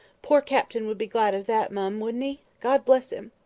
poor captain would be glad of that, mum, wouldn't he? god bless him!